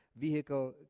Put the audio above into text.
vehicle